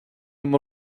liom